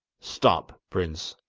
stop, prince,